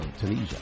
Tunisia